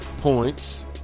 points